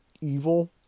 evil